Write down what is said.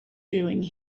doing